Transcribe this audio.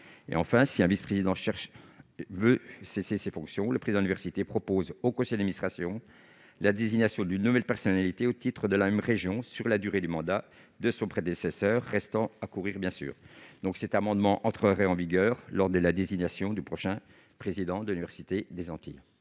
le cas d'un vice-président, le président d'université proposera au conseil administration la désignation d'une nouvelle personnalité au titre de la même région, pour la durée du mandat de son prédécesseur restant à courir. Cet amendement entrerait en vigueur lors de la désignation du prochain président de l'université des Antilles.